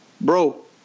bro